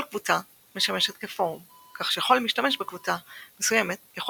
כל קבוצה משמשת כפורום כך שכל משתמש בקבוצה מסוימת יכול